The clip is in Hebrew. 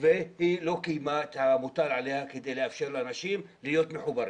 והיא לא קיימה את המוטל עליה כדי לאפשר לאנשים להיות מחוברים.